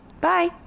Bye